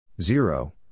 zero